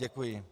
Děkuji.